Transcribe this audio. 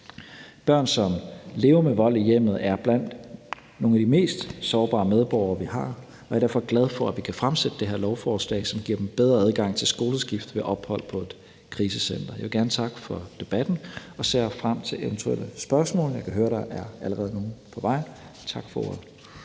Børn, som lever med vold i hjemmet, er blandt nogle af de mest sårbare medborgere, vi har, og jeg er derfor glad for, at vi kan fremsætte det her lovforslag, som giver dem bedre adgang til skoleskift ved ophold på et krisecenter. Jeg vil gerne takke for debatten og ser frem til eventuelle spørgsmål – jeg kan høre, der allerede er nogle på vej. Tak for ordet.